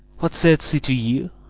what said she to you